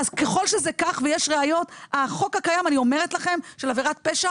אז ככל שזה כך ויש ראיות, החוק הקיים של עבירת פשע